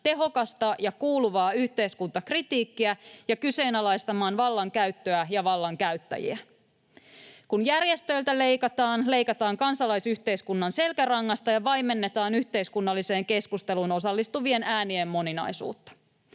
tehokasta ja kuuluvaa yhteiskuntakritiikkiä ja kyseenalaistamaan vallankäyttöä ja vallankäyttäjiä. Kun järjestöiltä leikataan, leikataan kansalaisyhteiskunnan selkärangasta ja vaimennetaan yhteiskunnalliseen keskusteluun osallistuvien äänien moninaisuutta.